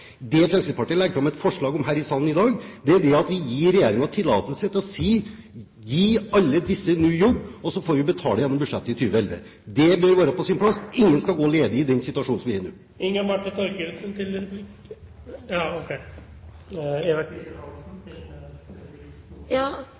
Det Fremskrittspartiet legger fram et forslag om her i salen i dag, er at vi gir regjeringen tillatelse til å si: Gi alle disse en jobb, og så får vi betale gjennom budsjettet i 2011. Det bør være på sin plass. Ingen skal gå ledig i den situasjonen som vi er i nå.